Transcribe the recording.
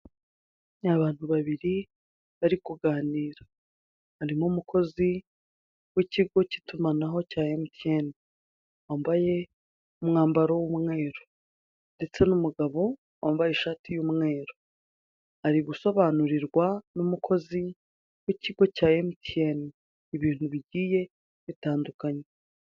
Ni abantu babiri bari kuganira harimo umukozi w'ikigo k'itumanaho cya emutiyene wambaye umwambaro w'umweru, ndetse n'umugabo wambaye ishati y'umweru ari gusobanurirwa n'umukozi w'ikigo cya emutiyene ibintu bigiye bitandukanye.